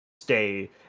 stay